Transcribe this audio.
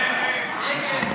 נגד.